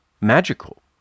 magical